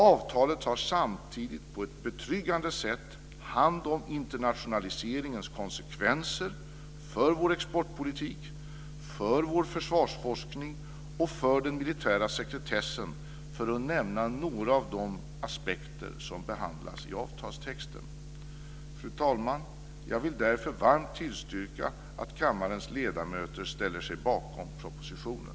Avtalet tar samtidigt på ett betryggande sätt hand om internationaliseringens konsekvenser för vår exportpolitik, för vår försvarsforskning och för den militära sekretessen - för att nämna några av de aspekter som behandlas i avtalstexten. Fru talman! Jag vill därför varmt tillstyrka att kammarens ledamöter ställer sig bakom propositionen.